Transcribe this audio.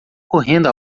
correndo